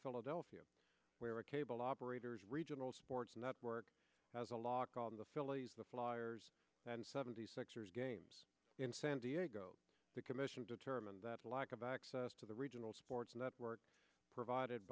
philadelphia where a cable operators regional sports network has a law called the phillies the flyers and seventy six ers games in san diego the commission determined that a lack of access to the regional sports network provided